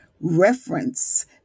reference